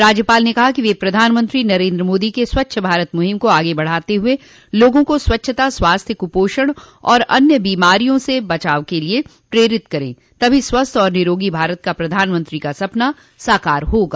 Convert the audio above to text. राज्यपाल ने कहा कि वे प्रधानमंत्री नरेन्द्र मोदी के स्वच्छ भारत मुहिम को आगे बढ़ाते हुए लोगों को स्वच्छता स्वास्थ्य कूपोषण और अन्य बीमारियों से बचाव क लिये प्रेरित करे तभी स्वस्थ और निरोगी भारत का प्रधानमंत्री का सपना साकार होगा